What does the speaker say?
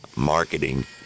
marketing